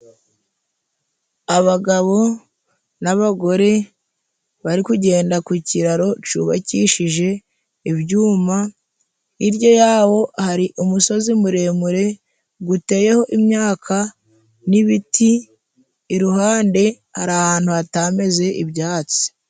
Abagabo n'abagore， bari kugenda ku kiraro cubakishije ibyuma， hirya yawo hari umusozi muremure， guteyeho imyaka n'ibiti，iruhande hari ahantu hatameze ibyatsi.